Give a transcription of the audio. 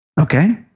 okay